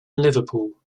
liverpool